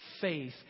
faith